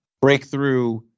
breakthrough